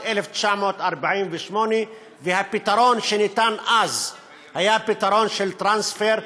1948. הפתרון שניתן אז היה פתרון של טרנספר,